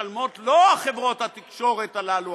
משלמות לא חברות התקשורת האלה,